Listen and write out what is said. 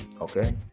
Okay